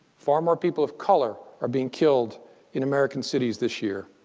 far more people of color are being killed in american cities this year.